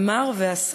אמר ועשה.